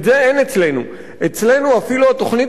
אצלנו אפילו התוכנית הצנועה שהממשלה